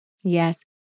Yes